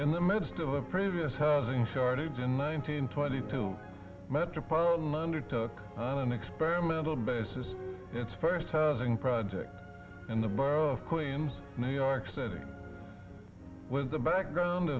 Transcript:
in the midst of a previous housing shortage in nineteen twenty two metropolitan undertook an experimental basis its first housing project in the borough of queens new york said it was the background